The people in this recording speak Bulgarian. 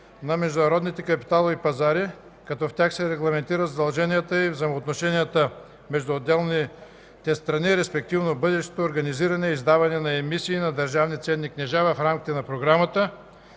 на международните капиталови пазари, като в тях се регламентират задълженията и взаимоотношенията между отделните страни, респективно бъдещото организиране и издаване на емисии на държавни ценни книжа в рамките на програмата.